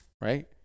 right